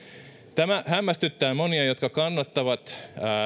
tämä hämmästyttää monia jotka kannattavat